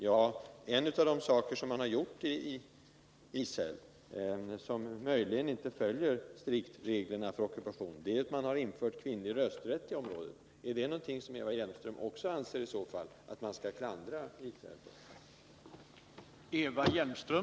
Ja, en av de saker som man har gjort i Israel, och som möjligen inte följer reglerna för ockupation, är att man har infört kvinnlig rösträtt i området. Är det något som Eva Hjelmström också anser att man skall klandra Israel för?